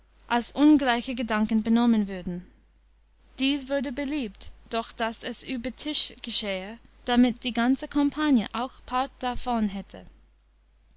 alle ungleiche gedanken benommen würden dies wurde beliebt doch daß es über tisch geschehe damit die ganze compagnia auch part darvon hätte